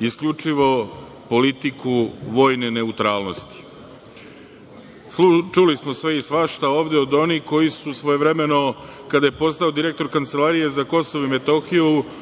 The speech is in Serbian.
isključivo politiku vojne neutralnosti. Čuli smo sve i svašta ovde, od onih koji su svojevremeno, kada je postao direktor Kancelarije za KiM,